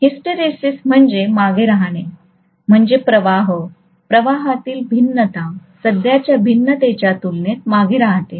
hysteresis म्हणजे मागे राहणे म्हणजे प्रवाह प्रवाहातील भिन्नता सध्याच्या भिन्नतेच्या तुलनेत मागे राहते